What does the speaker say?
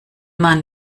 man